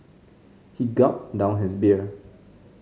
he gulped down his beer